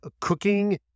cooking